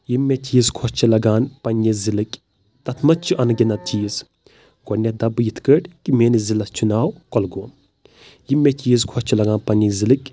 یِم مےٚ چیٖز خۄش چھِ لَگان پَنٛنہِ ضِلٕکۍ تَتھ منٛز چھِ اَنگِنَت چیٖز گۄڈنٮ۪تھ دَپہٕ بہٕ یِتھ کٲٹھۍ کہ میٛٲنِس ضِلَس چھُ ناو کۄلگوم یِم مےٚ چیٖز خۄش چھِ لَگان پَنٛنہِ ضِلٕکۍ